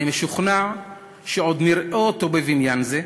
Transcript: אני משוכנע שעוד נראה אותו בבניין זה,